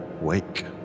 wake